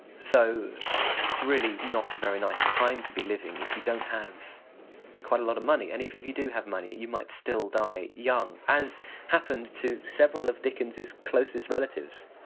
so it's really not a very nice time to be living if you don't have quite a lot of money. and even if you do have money you might still die young, as happened to several of dickens's closest relatives